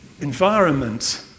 environment